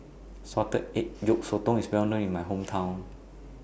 Salted Egg Yolk Sotong IS Well known in My Hometown